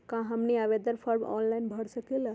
क्या हमनी आवेदन फॉर्म ऑनलाइन भर सकेला?